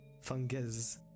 fungus